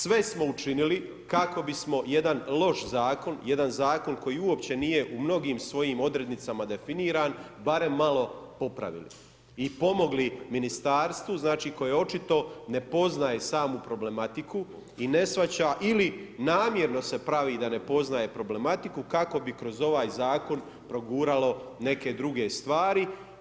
Sve smo učinili kako bismo jedan loš zakon, jedan zakon koji uopće nije u mnogim svojim odrednicama definiran barem malo popravili i pomogli ministarstvu koje očito ne poznaje samu problematiku i ne shvaća ili namjerno se pravi da ne poznaje problematiku kako bi kroz ovaj zakon proguralo neke druge stvari.